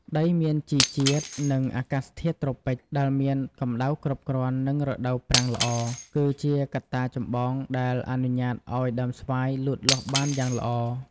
ដីមានជីជាតិ និងអាកាសធាតុត្រូពិច ដែលមានកម្តៅគ្រប់គ្រាន់ និងរដូវប្រាំងល្អ គឺជាកត្តាចម្បងដែលអនុញ្ញាតឱ្យដើមស្វាយលូតលាស់បានយ៉ាងល្អ។